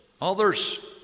others